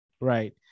Right